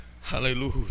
Hallelujah